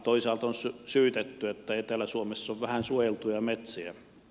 toisaalta on syytetty että etelä suomessa on vähän suojeltuja metsiä